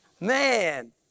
Man